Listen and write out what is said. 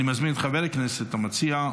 אני מזמין את חבר הכנסת המציע,